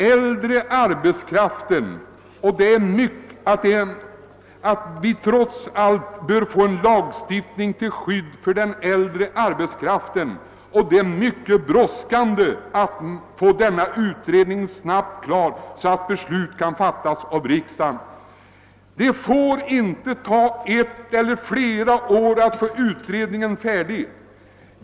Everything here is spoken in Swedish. Men läget i dag visar att vi trots allt bör få en lagstiftning till skydd för den äldre arbetskraften. Och det är mycket brådskande; utredningen måste snarast bli klar så att beslut kan fattas av riksdagen. Den får inte ta ett eller flera år.